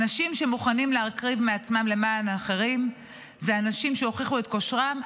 אנשים שמוכנים להקריב מעצמם למען האחרים הם אנשים שהוכיחו את כושרם,